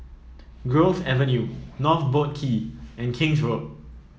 Grove Avenue North Boat Quay and King's Road